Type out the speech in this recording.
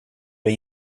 dig